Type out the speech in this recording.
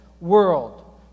world